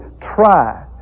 Try